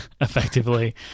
effectively